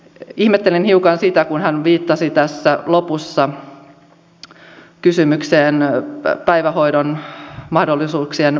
ihmettelen hiukan sitä kun hän viittasi tässä lopussa kysymykseen päivähoidon mahdollisuuksien vähentämisestä